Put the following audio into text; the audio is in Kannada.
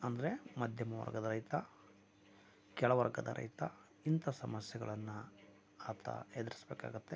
ಅಂದರೆ ಮಧ್ಯಮ ವರ್ಗದ ರೈತ ಕೆಳವರ್ಗದ ರೈತ ಇಂಥ ಸಮಸ್ಯೆಗಳನ್ನು ಆತ ಎದುರಿಸಬೇಕಾಗತ್ತೆ